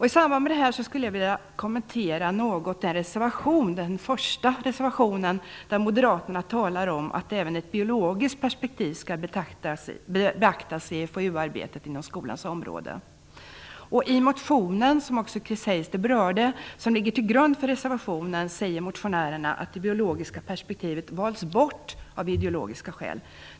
I samband med detta skulle jag vilja kommentera något den första reservationen där moderaterna talar om att även ett biologiskt perspektiv skall beaktas i FoU-arbetet inom skolans område. I motionen som också Chris Heister berörde och som ligger till grund för reservationen säger motionärerna att det biologiska perspektivet har valts bort av ideologiska skäl.